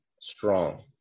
strong